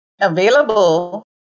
available